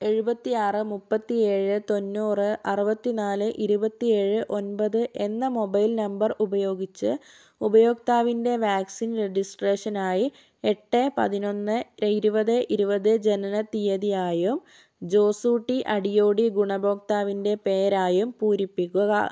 എഴുപത്തിയാറ് മുപ്പത്തിയേഴ് തൊന്നൂറ് അറുപത്തിനാല് ഇരുപത്തിയേഴ് ഒൻപത് എന്ന മൊബൈൽ നമ്പർ ഉപയോഗിച്ച് ഉപയോക്താവിൻ്റെ വാക്സിൻ രജിസ്ട്രേഷനായി എട്ട് പതിനൊന്ന് ഇരുപത് ഇരുപത് ജനനത്തീയതിയായും ജോസൂട്ടി അടിയോടി ഗുണഭോക്താവിൻ്റെ പേരായും പൂരിപ്പിക്കുക